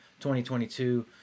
2022